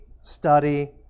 study